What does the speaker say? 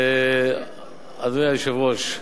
אדוני היושב-ראש,